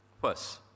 First